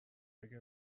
اگر